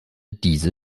diese